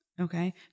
Okay